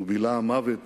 "ובילע המוות